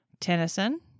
Tennyson